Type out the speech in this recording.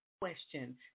question